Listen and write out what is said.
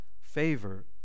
favor